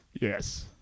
Yes